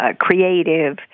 creative